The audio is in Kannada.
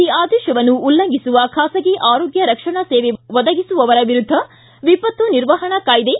ಈ ಆದೇಶವನ್ನು ಉಲ್ಲಂಘಿಸುವ ಖಾಸಗಿ ಆರೋಗ್ಯ ರಕ್ಷಣಾ ಸೇವೆ ಒದಗಿಸುವವರ ವಿರುದ್ಧ ವಿಪತ್ತು ನಿರ್ವಹಣಾ ಕಾಯ್ಸೆ